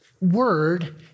word